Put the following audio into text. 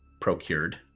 procured